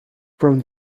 from